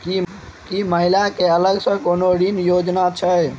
की महिला कऽ अलग सँ कोनो ऋण योजना छैक?